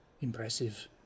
impressive